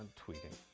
tweeting.